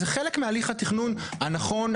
זה חלק מהליך התכנון הנכון,